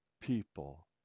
people